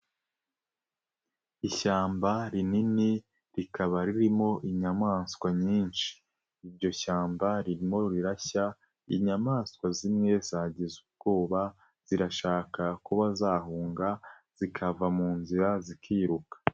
Ishyamba rinini, rikaba ririmo inyamaswa nyinshi. Iryo shyamba ririmo rirashya, inyamaswa zimwe zagize ubwoba, zirashaka kuba zahunga, zikava mu nzira zikiruka.